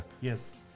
yes